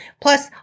Plus